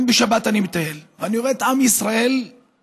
גם בשבת אני מטייל, ואני רואה את עם ישראל ביופיו,